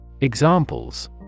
Examples